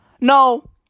no